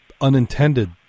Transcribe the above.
unintended